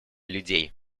людей